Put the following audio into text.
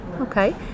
Okay